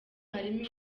harimo